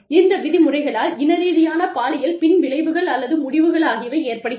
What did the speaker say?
இந்த விதி முறைகளால் இனரீதியான பாலியல் பின் விளைவுகள் அல்லது முடிவுகள் ஆகியவை ஏற்படுகிறது